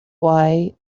why